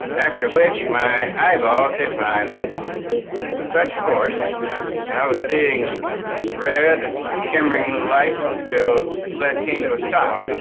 after which, my eyeballs hit my eyelids with such force that i was seeing red and shimmering and lights until the sled came to a stop.